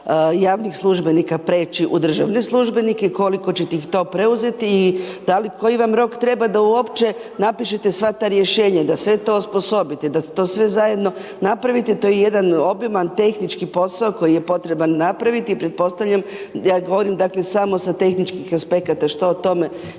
javnih službenika preći u državne službenika i koliko ćete ih to preuzeti i da li, koji vam rok treba da uopće napišete sva ta rješenja da sve to osposobite, da to sve zajedno napravite, to je jedan obiman tehnički posao koji je potreban napraviti. Pretpostavljam, ja govorim dakle samo sa tehničkih aspekata što o tome